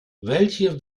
welche